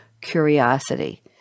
curiosity